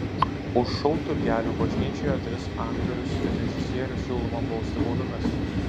už šou turgelių bažnyčioje tris aktorius ir režisierių siūloma bausti baudomis